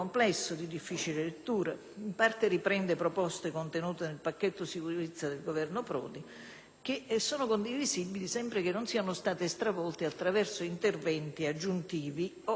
che sono condivisibili sempre che non siano state stravolte attraverso interventi aggiuntivi, con finalità forse anche buone ma che finiscono per vanificarne l'efficacia dissuasiva.